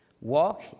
walk